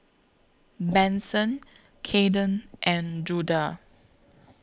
Manson Cayden and Judah